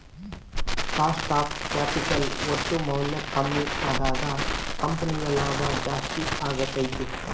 cost of capital ಒಟ್ಟು ಮೌಲ್ಯ ಕಮ್ಮಿ ಅದಾಗ ಕಂಪನಿಯ ಲಾಭ ಜಾಸ್ತಿ ಅಗತ್ಯೆತೆ